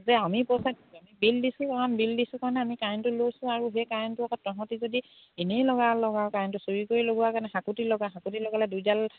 যে আমি পইচা দিছোঁ আমি বিল দিছোঁ আমি বিল দিছোঁ কাৰণে আমি কাৰেণ্টটো লৈছোঁ আৰু সেই কাৰেন্টটো আকৌ তহঁতি যদি এনেই লগাৱ লগা আৰু কাৰেণ্টটো চুৰি কৰি লগোৱাৰ কাৰণে হাঁকুতি লগা হাঁকুতি লগালে দুইডাল